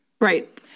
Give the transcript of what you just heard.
right